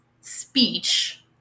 speech